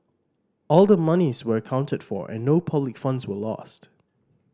all the monies were accounted for and no public funds were lost